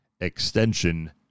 extension